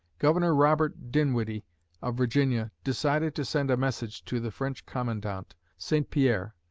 governor robert dinwiddie of virginia decided to send a message to the french commandant, saint pierre,